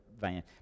van